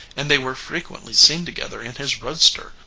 and they were frequently seen together in his roadster,